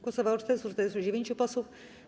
Głosowało 449 posłów.